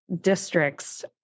district's